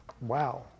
wow